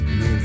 no